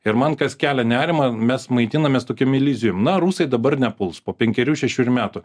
ir man kas kelia nerimą mes maitinamės tokiam iliuzijom na rusai dabar nepuls po penkerių šešerių metų